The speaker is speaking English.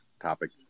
topic